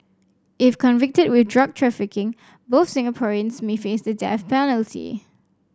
if convicted with drug trafficking both Singaporeans may face the death penalty